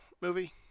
movie